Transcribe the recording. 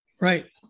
Right